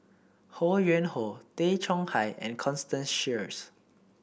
Ho Yuen Hoe Tay Chong Hai and Constance Sheares